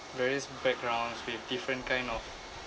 various backgrounds with different kind of